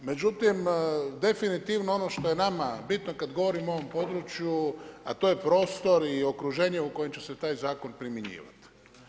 Međutim, definitivno ono što je nama bitno kad govorim o ovom području, a to je prostor i okruženje u kojem će se taj zakon primjenjivati.